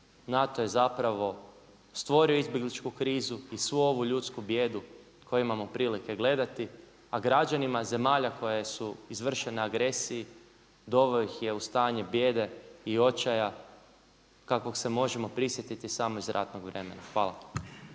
NATO je zapravo stvorio izbjegličku krizu i svu ovu ljudsku bijedu koju imamo prilike gledati, a građanima zemalja koje su izvršene agresiji doveo ih je u stanje bijede i očaja kakvog se možemo prisjetiti samo iz ratnog vremena. Hvala.